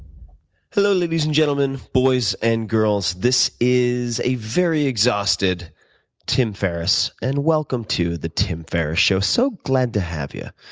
hello, ladies and gentlemen, boys and girls. this is a very exhausted tim ferriss, and welcome to the tim ferriss show. so glad to have you.